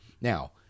now